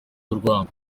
y’urwango